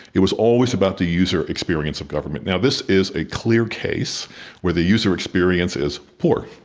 it was always about the user experience of government. now, this is a clear case where the user experience is poor.